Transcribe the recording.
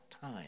time